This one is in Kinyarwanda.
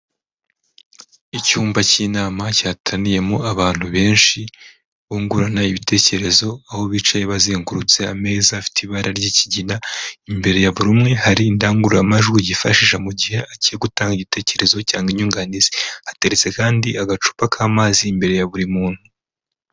Icyumba cy'inama cyateraniyemo abantu benshi bungurana ibitekerezo aho bicaye bazengurutse ameza afite ibara ry'ikigina, imbere ya buri umwe hari indangururamajwi yifashisha mu gihe agiye gutanga igitekerezo cyangwa inyunganizi, hateretse kandi agacupa k'amazi imbere ya buri muntu.